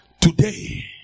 Today